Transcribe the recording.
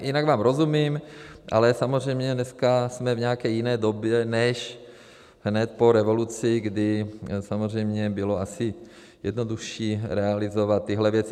Jinak vám rozumím, ale samozřejmě dneska jsme v jiné době než hned po revoluci, kdy samozřejmě bylo jednodušší realizovat tyhle věci.